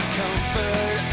comfort